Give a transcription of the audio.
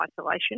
isolation